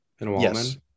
Yes